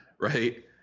Right